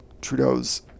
Trudeau's